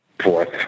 Fourth